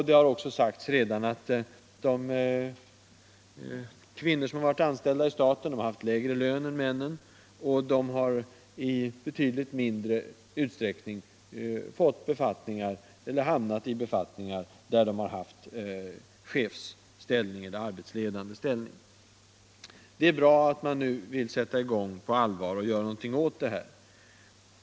Det har också redan sagts att de kvinnor som varit anställda hos staten har haft lägre lön än männen, och de har i betydligt mindre utsträckning hamnat i arbetsledande befattningar. Det är bra att man nu vill sätta i gång på allvar och göra någonting åt det här.